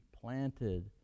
planted